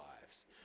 lives